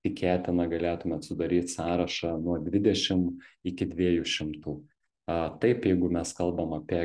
tikėtina galėtumėt sudaryt sąrašą nuo dvidešim iki dviejų šimtų a taip jeigu mes kalbam apie